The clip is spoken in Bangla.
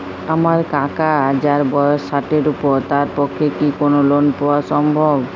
আমার কাকা যাঁর বয়স ষাটের উপর তাঁর পক্ষে কি লোন পাওয়া সম্ভব?